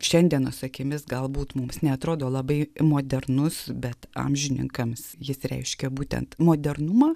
šiandienos akimis galbūt mums neatrodo labai modernus bet amžininkams jis reiškia būtent modernumą